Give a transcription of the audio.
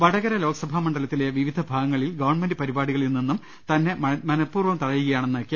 വടകര ലോക്സഭാ മണ്ഡലത്തിന്റെ വിവിധ ഭാഗങ്ങളിൽ ഗവൺമെന്റ പരിപാടികളിൽ നിന്നും തന്നെ മനപൂർവ്വം തഴയുകയാണെന്ന് കെ